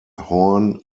horn